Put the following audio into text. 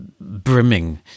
brimming